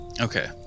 okay